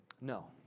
No